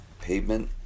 pavement